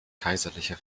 kaiserliche